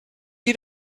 you